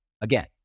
Again